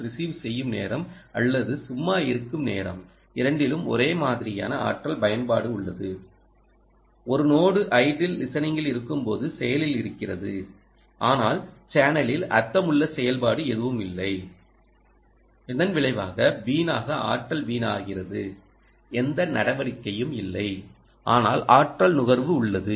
receive செய்யும் நேரம் அல்லது சும்மா இருக்கும் நேரம் இரண்டிலும் ஒரே மாதிரியான ஆற்றல் பயன்பாடு உள்ளது ஒரு நோடு ஐடில் லிஸனிங்கில் இருக்கும்போது செயலில் இருக்கிறது ஆனால் சேனலில் அர்த்தமுள்ள செயல்பாடு எதுவும் இல்லை இதன் விளைவாக வீணாக ஆற்றல் வீணாகிறது எந்த நடவடிக்கையும் இல்லை ஆனால் ஆற்றல் நுகர்வு உள்ளது